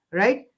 right